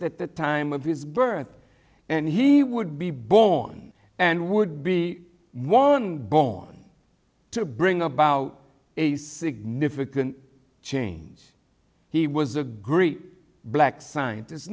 exist at the time of his birth and he would be born and would be one born to bring about a significant change he was agree black scientists